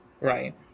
Right